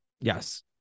Yes